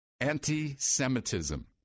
anti-Semitism